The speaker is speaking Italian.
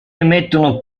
emettono